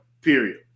period